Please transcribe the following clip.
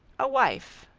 a wife,